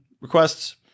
requests